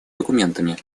документами